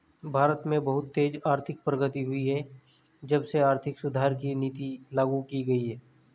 भारत में बहुत तेज आर्थिक प्रगति हुई है जब से आर्थिक सुधार की नीति लागू की गयी है